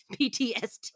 PTSD